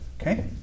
Okay